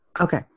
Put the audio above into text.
okay